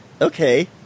okay